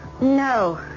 No